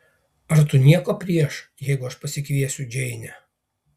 ar tu nieko prieš jeigu aš pasikviesiu džeinę